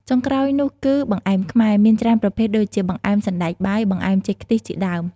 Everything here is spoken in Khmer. ចុងក្រោយនោះគឺ បង្អែមខ្មែរ មានច្រើនប្រភេទដូចជា បង្អែមសណ្តែកបាយ បង្អែមចេកខ្ទិះ ជាដើម ។